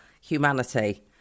humanity